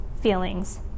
feelings